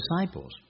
disciples